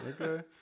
Okay